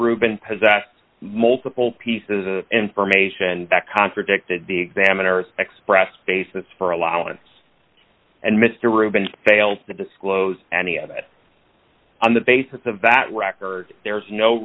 possessed multiple pieces of information that contradicted the examiner expressed basis for allowance and mr rubin failed to disclose any of it on the basis of that record there's no